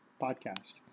podcast